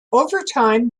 overtime